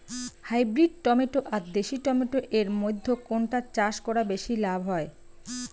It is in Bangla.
হাইব্রিড টমেটো আর দেশি টমেটো এর মইধ্যে কোনটা চাষ করা বেশি লাভ হয়?